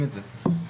כן.